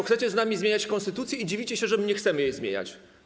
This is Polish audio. Chcecie z nami zmieniać konstytucję i dziwicie się, że nie chcemy jej zmieniać.